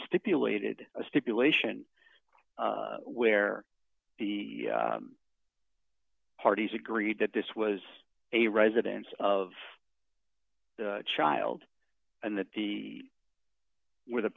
stipulated a stipulation where the parties agreed that this was a residence of the child and that the where the